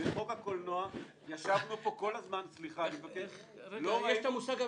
בחוק הקולנוע ישבנו פה כל הזמן- - בדברים שלך הרגשתי